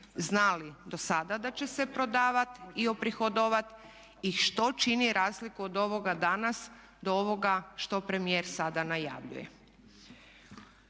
znali do sada da će se prodavati i uprihodovati i što čini razliku od ovoga danas do ovoga što premijer sada najavljuje.